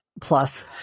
Plus